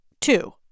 two